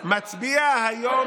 מצביע היום,